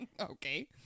Okay